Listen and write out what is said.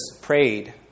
prayed